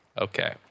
Okay